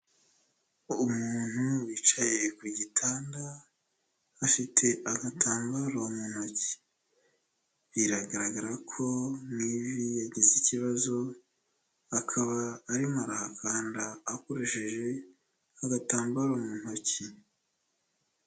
Umuntu wicaye ku gitanda afite agatambaro mu ntoki, biragaragara ko mu ivi yagize ikibazo akaba arimo arahakanda akoresheje agatambaro mu ntoki.